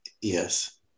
Yes